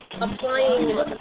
applying